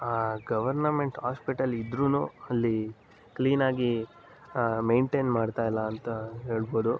ಆ government hospital ಇದ್ದರೂ ಅಲ್ಲಿ ಕ್ಲೀನಾಗಿ ಮೇಂಟೇನ್ ಮಾಡ್ತಾಯಿಲ್ಲ ಅಂತ ಹೇಳ್ಬೋದು